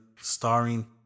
starring